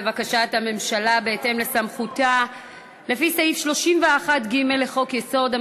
בקשת הממשלה לפי סעיף 31(ג) לחוק-יסוד: